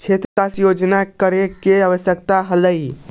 क्षेत्र विकास योजना को निलंबित करे के आवश्यकता हलइ